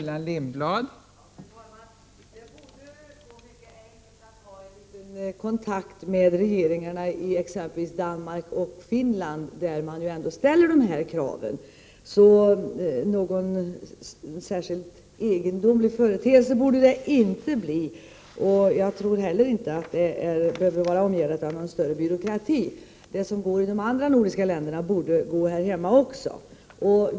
Fru talman! Det borde gå mycket enkelt att ta en liten kontakt med regeringarna i exempelvis Danmark och Finland, där man ändå ställer dessa krav. Någon särskilt egendomlig företeelse borde det inte bli, och jag tror inte heller det är nödvändigt med någon större byråkrati. Det som går i andra nordiska länder borde gå här hemma också .